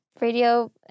radio